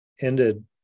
ended